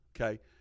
okay